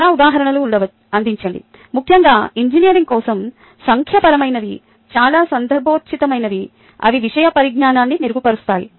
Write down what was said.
చాలా ఉదాహరణలను అందించండి ముఖ్యంగా ఇంజనీరింగ్ కోసం సంఖ్యాపరమైనవి చాలా సందర్భోచితమైనవి అవి విషయ పరిజ్ఞాన్ని మెరుగుపరుస్తాయి